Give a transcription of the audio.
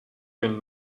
been